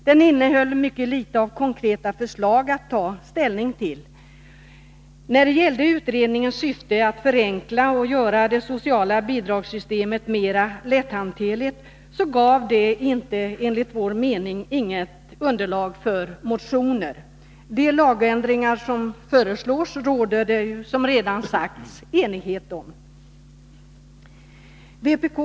Den innehöll mycket litet konkreta förslag att ta ställning till. Utredningens syfte var att förenkla och göra det sociala bidragssystemet mer lätthanterligt. Utredningens förslag gav inte, enligt vår mening, något underlag för motioner. Det råder, som redan sagts, enighet om de lagändringar som föreslås.